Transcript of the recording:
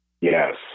Yes